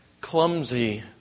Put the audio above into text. clumsy